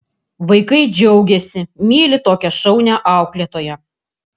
vaikai džiaugiasi myli tokią šaunią auklėtoją